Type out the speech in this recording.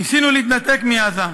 ניסינו להתנתק מעזה,